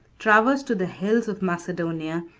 traversed the hills of macedonia,